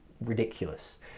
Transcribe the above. ridiculous